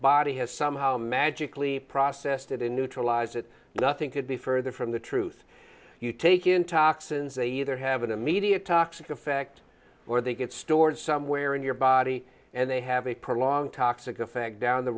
body has somehow magically processed it in neutralize it nothing could be further from the truth you take in toxins either have an immediate toxic effect or they get stored somewhere in your body and they have a prolonged toxic effect down the